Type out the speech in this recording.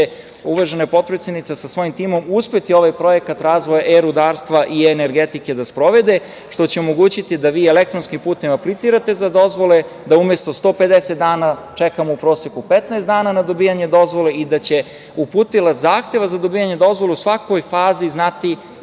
uvažena potpredsednica sa svojim timom uspeti ovaj projekat razvoja e-rudarstva i e-energetike da sprovede, što će omogućiti da vi elektronskim putem aplicirate za dozvole, da umesto 150 dana čekamo u proseku 15 dana na dobijanje dozvole i da će uputilac zahteva za dobijanje dozvole u svakoj fazi znati